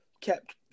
kept